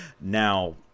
Now